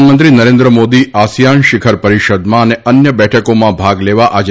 પ્રધાનમંત્રી નરેન્દ્ર મોદી આસિયાન શિખર પરિષદમાં અને અન્ય બેઠકોમાં ભાગ લેવા આજે